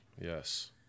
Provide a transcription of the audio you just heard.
Yes